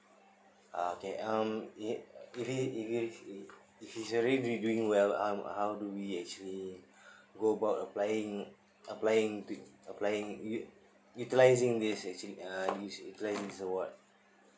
uh okay um if if he if he if he is really doing well uh how do we actually go about applying applying to~ applying ut~ utilizing this actually uh is applying this award